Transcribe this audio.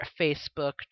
Facebook